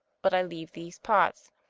but i leave these pots.